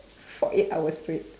for eight hours straight